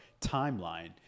timeline